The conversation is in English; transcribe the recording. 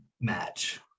match